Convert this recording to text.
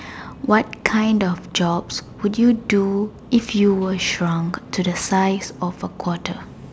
what kind of jobs would you do if you were shrunk to a size of a quarter